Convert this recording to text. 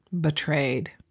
betrayed